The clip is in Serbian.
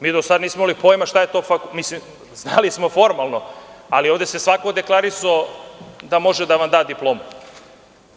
Mi do sada nismo imali pojma šta je to fakultet, mislim znali smo formalno, ali ovde se svako deklarisao da može da vam da diplomu.